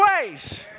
ways